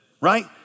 right